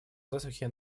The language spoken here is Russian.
засухи